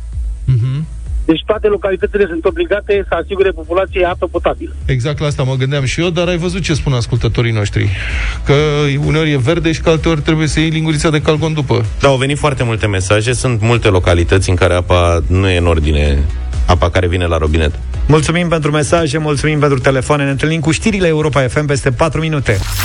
Mhm. Deci toate localitățile sunt obligate să asigure populației apă potabilă. Exact la asta mă gândeam și eu, dar ai văzut ce spun ascultătorii noștri? Că uneori e verde și că alteori trebuie să iei lingurița de calgon după. Da, au venit foarte multe mesaje. Sunt multe localități în care apa nu e în ordine, apa care vine la robinet. Mulțumim pentru mesaje, mulțumim pentru telefoane. Ne întâlnim cu știrile Europa FM peste patru minute.